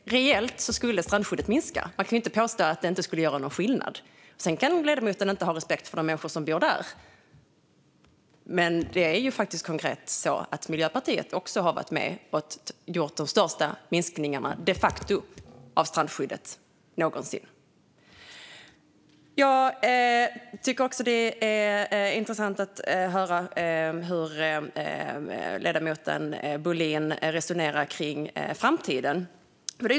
Reellt skulle alltså strandskyddet minska. Man kan inte påstå att det inte skulle göra någon skillnad. Sedan kanske ledamoten inte har respekt för de människor som bor där, men det är faktiskt konkret så att Miljöpartiet också har varit med och gjort de största minskningarna någonsin av strandskyddet. Jag tycker också att det är intressant att höra hur ledamoten Bohlin resonerar om framtiden.